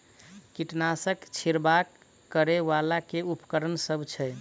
कीटनासक छिरकाब करै वला केँ उपकरण सब छै?